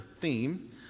theme